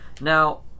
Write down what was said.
Now